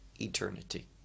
eternity